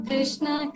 Krishna